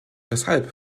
weshalb